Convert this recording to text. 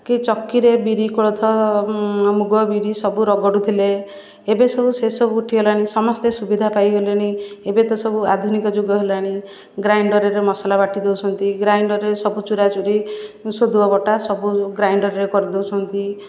କି ଚକିରେ ବିରି କୋଳଥ ମୁଗ ବିରି ସବୁ ରଗଡ଼ୁ ଥିଲେ ଏବେ ସବୁ ସେସବୁ ଉଠି ଗଲାଣି ସମସ୍ତେ ସୁବିଧା ପାଇ ଗଲେଣି ଏବେ ତ ସବୁ ଆଧୁନିକ ଯୁଗ ହେଲାଣି ଗ୍ରାଇଣ୍ଡରରେ ମସଲା ବାଟି ଦେଉଛନ୍ତି ଗ୍ରାଇଣ୍ଡରରେ ସବୁ ଚୁରାଚୁରି ସୋଦୁଅବଟା ସବୁ ଗ୍ରାଇଣ୍ଡରରେ କରି ଦେଉଛନ୍ତି